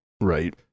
Right